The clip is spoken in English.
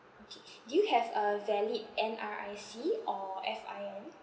okay do you have a valid N_R_I_C or F_I_N